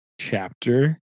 chapter